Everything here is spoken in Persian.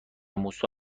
موسی